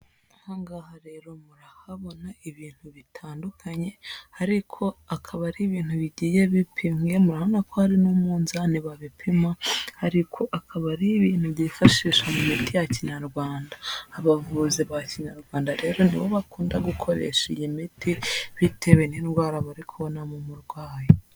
Aha ngaha rero murahabona ibintu bitandukanye, ariko akaba ari ibintu bigiye bipimye. Murabona ko hari n'umuzani babipima, ariko akaba ari ibintu byifashisha mu miti ya Kinyarwanda. Abavuzi ba Kinyarwanda rero, ni bo bakunda gukoresha iyi miti bitewe n'indwara bari kubonamo umurwayi.